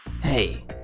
Hey